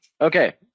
Okay